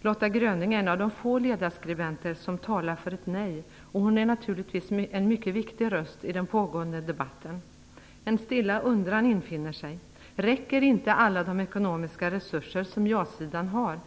Lotta Gröning är en av de får ledarskribenter som talar för ett nej. Hon är naturligtvis en mycket viktig röst i den pågående debatten. En stilla undran infinner sig. Räcker inte alla de ekonomiska resurser som ja-sidan har?